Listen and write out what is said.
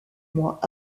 mois